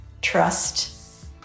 trust